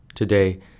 Today